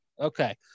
Okay